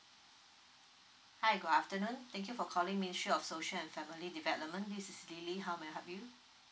hi good afternoon thank you for calling ministry of social and family development this is lily how may I help you